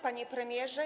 Panie Premierze!